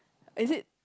is it